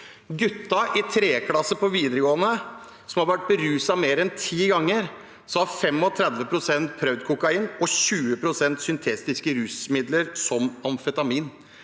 guttene i 3. klasse på videregående som har vært beruset mer enn ti ganger, har 35 pst. prøvd kokain og 20 pst. syntetiske rusmidler som amfetamin.